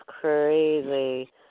crazy